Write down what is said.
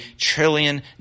trillion